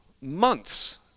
months